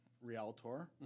realtor